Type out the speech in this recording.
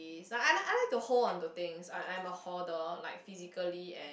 like I like I like to hold onto things I I am a holder like physically and